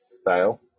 style